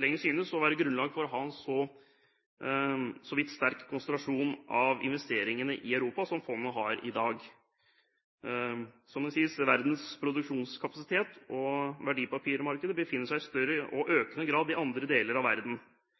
lenger synes å være grunnlag for å ha en så vidt sterk konsentrasjon av investeringene i Europa, som fondet har i dag. Som det sies: «Verdens produksjonskapasitet og verdipapirmarkeder befinner seg i større og økende grad i andre deler av verden.